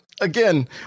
again